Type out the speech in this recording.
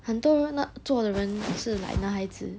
很多人做的人是 like 男孩子